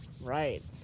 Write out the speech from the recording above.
Right